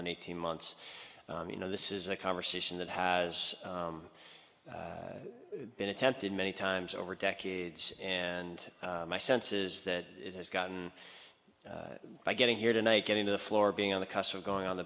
than eighteen months you know this is a conversation that has been attempted many times over decades and my sense is that it has gotten by getting here tonight getting to the floor being on the cusp of going on